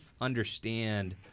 understand